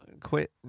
quit